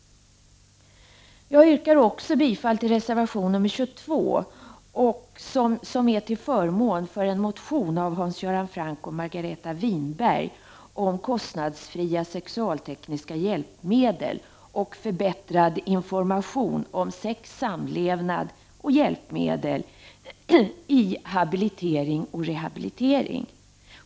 Jag yrkar också bifall till reservation nr 22, som är till förmån för en motion av Hans-Göran Franck och Margareta Winberg, om kostnadsfria sexualtekniska hjälpmedel och förbättrad information om sex, samlevnad och hjälpmedel i habilitering och rehabilitering.